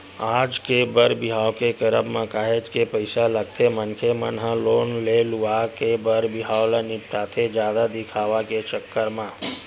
आज के बर बिहाव के करब म काहेच के पइसा लगथे मनखे मन ह लोन ले लुवा के बर बिहाव ल निपटाथे जादा दिखावा के चक्कर म